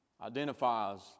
identifies